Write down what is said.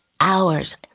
hours